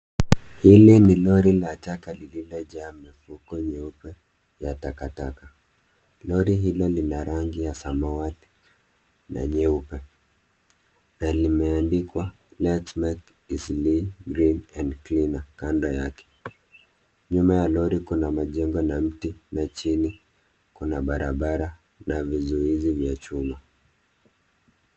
Hili ni lori la taka lililojaa mifuko mieupe ya takataka. Lori hilo lina rangi ya samawati na nyeupe. Na limeandikwa Lets make Eastleigh green and cleaner kando yake. Nyuma ya lori kuna majengo na mti na chini kuna barabara na vizuizi vya chuma.